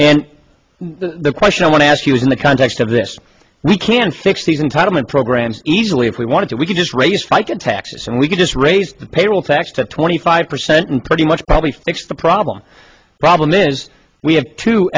and the question i want to ask you is in the context of this we can fix these entitlement programs easily if we wanted to we could just raise fica taxes and we could just raise the payroll tax to twenty five percent and pretty much probably fix the problem problem is we have to